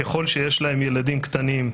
ככל שיש להם ילדים קטנים,